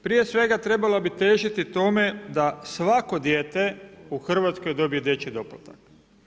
Prije svega trebala bi težiti tome da svatko dijete u Hrvatskoj dobije dječji doplatak.